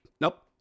Nope